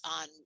on